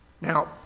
Now